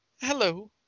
Hello